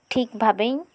ᱴᱷᱤᱠ ᱵᱷᱟᱵᱮᱧ